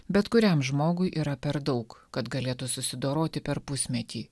bet kuriam žmogui yra per daug kad galėtų susidoroti per pusmetį